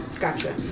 Gotcha